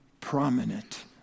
prominent